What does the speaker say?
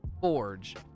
forge